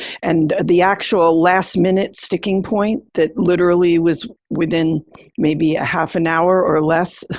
and the actual last minute sticking point that literally was within maybe half an hour or less,